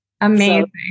Amazing